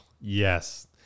yes